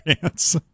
pants